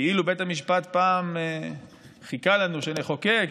כאילו בית המשפט פעם חיכה לנו שנחוקק,